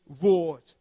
roared